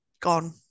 gone